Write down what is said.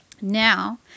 Now